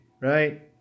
right